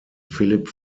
philipp